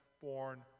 born